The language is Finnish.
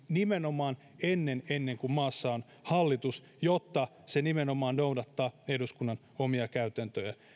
nimenomaan ennen ennen kuin maassa on hallitus jotta se nimenomaan noudattaa eduskunnan omia käytäntöjä